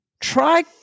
Try